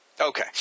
Okay